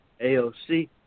AOC